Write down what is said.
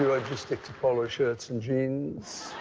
polo shirts and jeans.